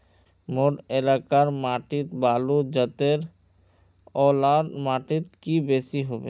मोर एलाकार माटी बालू जतेर ओ ला माटित की बेसी हबे?